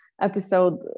episode